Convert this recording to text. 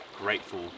grateful